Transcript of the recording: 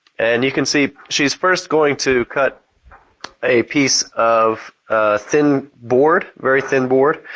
and you can see she is first going to cut a piece of thin board, very thin board,